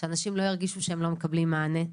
שאנשים לא ירגישו שהם לא מקבלים מענה.